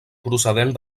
procedent